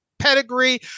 pedigree